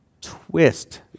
twist